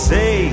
Say